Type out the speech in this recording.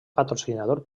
patrocinador